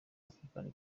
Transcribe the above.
african